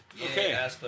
Okay